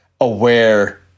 aware